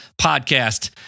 Podcast